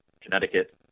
Connecticut